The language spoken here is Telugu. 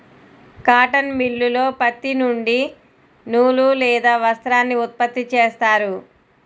కాటన్ మిల్లులో పత్తి నుండి నూలు లేదా వస్త్రాన్ని ఉత్పత్తి చేస్తారు